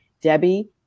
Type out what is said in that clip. Debbie